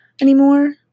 anymore